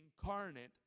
incarnate